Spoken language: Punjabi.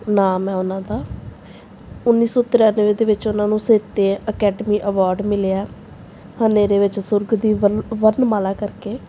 ਨਾਮ ਹੈ ਉਨ੍ਹਾਂ ਦਾ ਉੱਨੀ ਸੌ ਤ੍ਰਿਆਨਵੇਂ ਵਿੱਚ ਉਨ੍ਹਾਂ ਨੂੰ ਸਹਿਤਿਆ ਅਕੈਡਮੀ ਅਵੋਰਡ ਮਿਲਿਆ ਹਨੇਰੇ ਵਿੱਚ ਸੁਲਗਦੀ ਵਰ ਵਰਨਮਾਲਾ ਕਰਕੇ